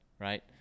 right